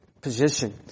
position